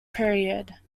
period